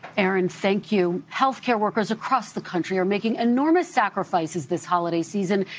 aaron, thank you. health care workers across the country are making enormous sacrifices this holiday season,